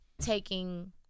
taking